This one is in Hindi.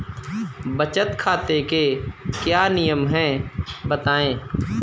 बचत खाते के क्या नियम हैं बताएँ?